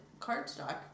cardstock